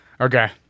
Okay